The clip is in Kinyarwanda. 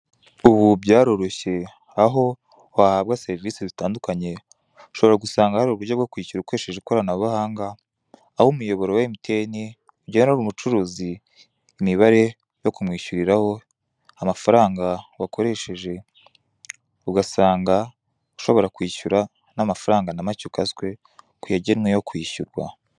Ubu byaroroshye aho wahabwa serivise zitandukanye. Ushobora gusanga hari uburyo bwo kwishyura ukoresheje ikoranabuhanga, aho umuyoboro wa emutiyeni, ugenera umucuruzi imibare yo kumwishyuriraho amafaranga wakoresheje, ugasanga ushobora kwishyura ntamafaranga na make ukaswe kuyagenwe yo kwishyurwa.